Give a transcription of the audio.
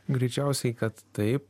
greičiausiai kad taip